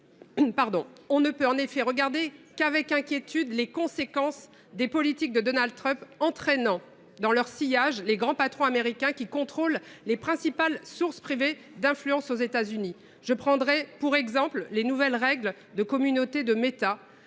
On ne peut en effet appréhender qu’avec inquiétude les conséquences des politiques de Donald Trump, lequel entraîne dans son sillage les grands patrons américains qui contrôlent les principales sources privées d’influence aux États Unis. Je prendrai pour exemple les nouvelles « règles de la communauté »